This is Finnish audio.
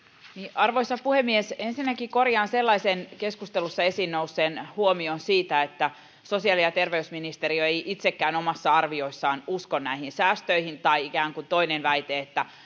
arvoisa puhemies ensinnäkin korjaan sellaisen keskustelussa esiin nousseen huomion että sosiaali ja terveysministeriö ei itsekään omissa arvioissaan usko näihin säästöihin ikään kuin toinen väite on että